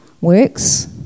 works